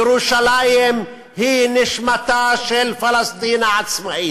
ירושלים היא נשמתה של פלסטין העצמאית.